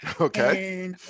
okay